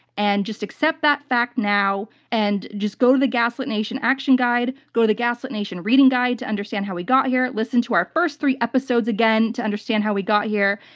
and just accept that fact now, and just go to the gaslit nation action guide. go to the gaslit nation reading guide to understand how we got here. listen to our first three episodes again to understand how we got here,